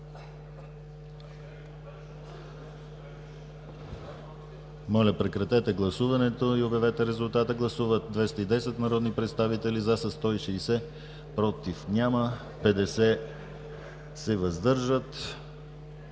Моля, прекратете гласуването и обявете резултат. Гласували 209 народни представители: за 135, против 74, въздържали